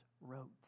wrote